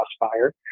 crossfire